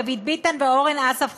דוד ביטן ואורן אסף חזן,